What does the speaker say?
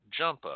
Jumpup